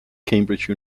cambridge